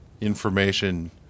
information